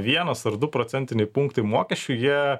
vienas ar du procentiniai punktai mokesčių jie